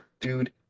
dude